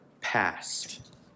past